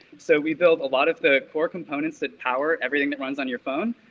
so we build a lot of the core components that power everything that runs on your phone,